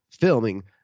filming